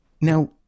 now